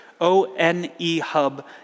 O-N-E-hub